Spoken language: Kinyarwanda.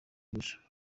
gusa